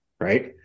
right